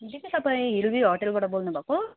दिदी तपाईँ हिरोबी होटेलबाट बोल्नुभएको